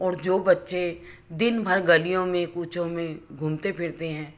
और जो बच्चे दिनभर गलियों में कुचों में घूमते फ़िरते हैं